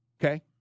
Okay